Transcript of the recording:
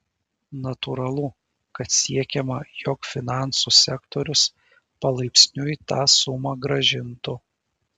natūralu kad siekiama jog finansų sektorius palaipsniui tą sumą grąžintų